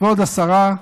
כבוד השרה,